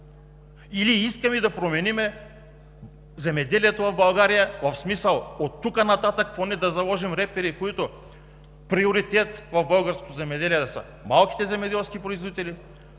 или искаме да променим земеделието в България в смисъл – оттук нататък поне да заложим репери: приоритет в българското земеделие да са малките земеделски производители,